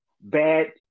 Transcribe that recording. bad